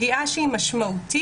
פגיעה שהיא משמעותית,